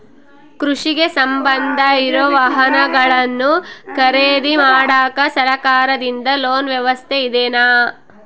ಕೃಷಿಗೆ ಸಂಬಂಧ ಇರೊ ವಾಹನಗಳನ್ನು ಖರೇದಿ ಮಾಡಾಕ ಸರಕಾರದಿಂದ ಲೋನ್ ವ್ಯವಸ್ಥೆ ಇದೆನಾ?